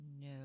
no